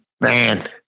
man